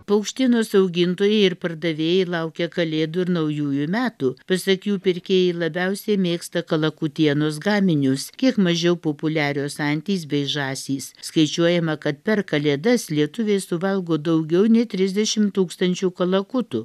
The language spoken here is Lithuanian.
paukštienos augintojai ir pardavėjai laukia kalėdų ir naujųjų metų pasak jų pirkėjai labiausiai mėgsta kalakutienos gaminius kiek mažiau populiarios antys bei žąsys skaičiuojama kad per kalėdas lietuviai suvalgo daugiau nei trisdešimt tūkstančių kalakutų